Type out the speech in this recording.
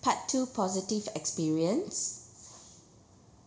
part two positive experience